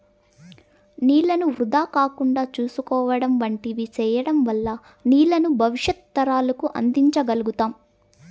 నీళ్ళను వృధా కాకుండా చూసుకోవడం వంటివి సేయడం వల్ల నీళ్ళను భవిష్యత్తు తరాలకు అందించ గల్గుతాం